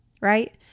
right